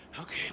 Okay